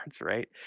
right